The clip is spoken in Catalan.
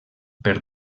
per